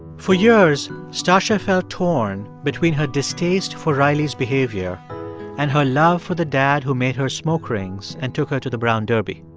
for years, stacya felt torn between her distaste for riley's behavior and her love for the dad who made her smoke rings and took her to the brown derby.